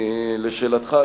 לשאלתך,